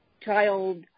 child